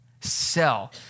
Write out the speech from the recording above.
sell